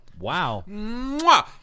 Wow